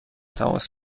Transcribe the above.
تماس